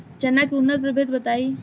चना के उन्नत प्रभेद बताई?